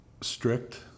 strict